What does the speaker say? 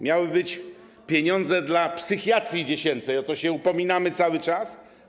Miały być pieniądze dla psychiatrii dziecięcej, o co się upominamy cały czas.